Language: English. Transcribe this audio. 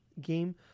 game